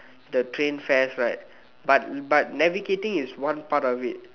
the train fares right but but navigating is one part of it